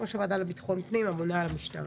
כמו שהוועדה לביטחון פנים אמונה על המשטרה.